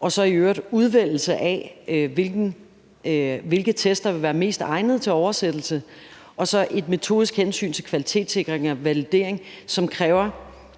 handler så i øvrigt også om udvælgelse af, hvilke test der vil være mest egnede til oversættelse og så et metodisk hensyn til kvalitetssikring og validering, som kræver